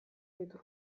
ditu